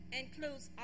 includes